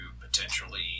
potentially